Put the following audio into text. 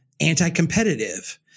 anti-competitive